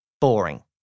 boring